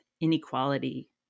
inequality